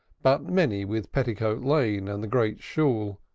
but many with petticoat lane and the great shool,